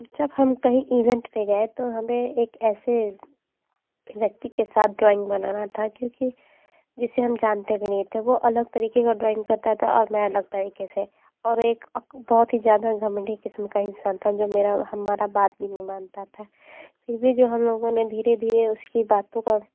जब हम कहीं ईवेंट पे गए तो हमें एक ऐसे व्यक्ति के साथ ड्रॉइंग बनाना था क्योंकि जिसे हम जानते भी नहीं थे वो अलग तरीके से ड्रॉइंग करता था और मैं अलग तरीके से और एक अक बहुत ही ज़्यादा घमंडी किस्म का इंसान था जो मेरा हमारा बात भी नी मानता था फिर भी जो हम लोगों ने धीरे धीरे उसकी बातों का